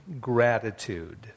gratitude